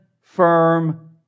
firm